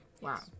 Wow